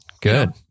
good